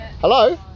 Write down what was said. Hello